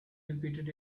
repeated